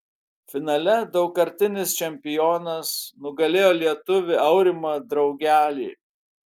finale daugkartinis čempionas nugalėjo lietuvį aurimą draugelį